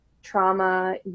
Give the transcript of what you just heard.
Trauma